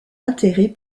intérêt